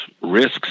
risks